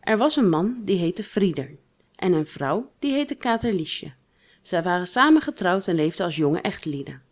er was een man die heette frieder en een vrouw die heette katerliesje zij waren samen getrouwd en leefden als jonge echtelieden